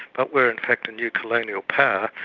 but were in fact a new colonial power,